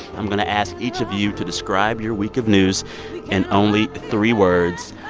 i'm going to ask each of you to describe your week of news in only three words.